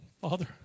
Father